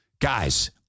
Guys